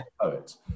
poets